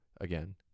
Again